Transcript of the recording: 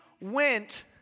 went